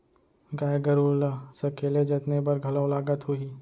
गाय गरू ल सकेले जतने बर घलौ लागत होही?